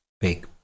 big